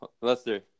Lester